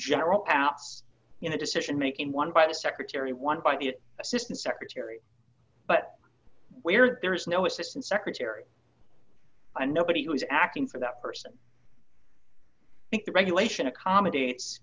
general outs you know decision making one by the secretary one by the assistant secretary but where there is no assistant secretary and nobody who is acting for that person think the regulation accommodates